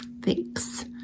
Thanks